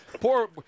Poor